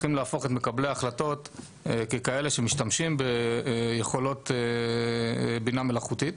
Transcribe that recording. צריכים להפוך את מקבלי ההחלטות ככאלה שמשתמשים ביכולות בינה מלאכותית.